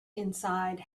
inside